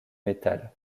metal